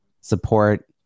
support